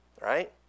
right